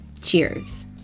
cheers